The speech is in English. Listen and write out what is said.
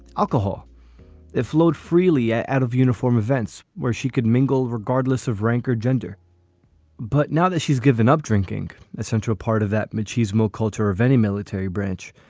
alcohol flowed freely out of uniform events where she could mingle regardless of rank or gender but now that she's given up drinking a central part of that machismo culture of any military branch,